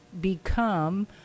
become